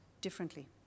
differently